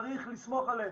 צריך לסמוך עליהם.